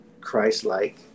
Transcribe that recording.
Christ-like